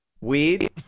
Weed